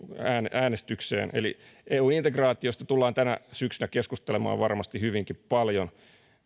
äänestykseen eun integraatiosta tullaan tänä syksynä keskustelemaan varmasti hyvinkin paljon